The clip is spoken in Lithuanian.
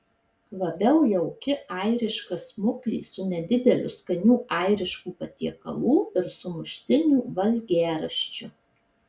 labiau jauki airiška smuklė su nedideliu skanių airiškų patiekalų ir sumuštinių valgiaraščiu